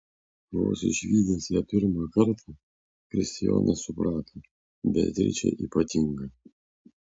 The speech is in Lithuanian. vos išvydęs ją pirmą kartą kristijonas suprato beatričė ypatinga